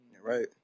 Right